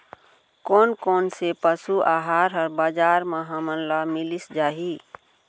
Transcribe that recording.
कोन कोन से पसु आहार ह बजार म हमन ल मिलिस जाही?